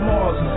Mars